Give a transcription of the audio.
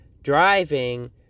driving